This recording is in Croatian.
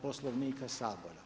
Poslovnika Sabora.